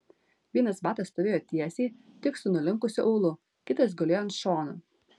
vienas batas stovėjo tiesiai tik su nulinkusiu aulu kitas gulėjo ant šono